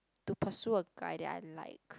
to pursue a guy that I like